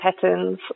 patterns